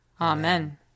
Amen